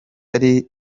yari